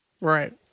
Right